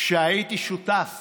שהייתי שותף